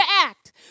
act